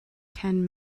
ken